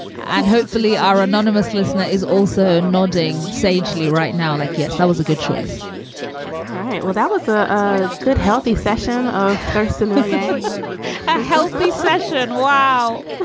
and hopefully our anonymous listener is also nodding sagely right now like, yes, that was a good choice all right. well, that was a ah good, healthy session or yeah ah healthy session. wow. ah